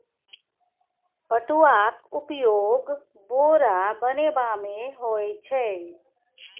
पटुआक उपयोग बोरा बनेबामे होए छै